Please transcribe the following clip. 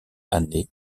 année